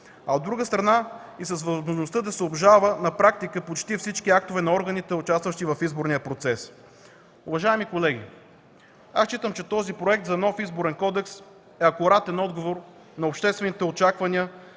От друга страна, и с възможността да се обжалват на практика почти всички актове на органите, участващи в изборния процес. Уважаеми колеги, считам, че законопроектът за нов Изборен кодекс е акуратен отговор на обществените очаквания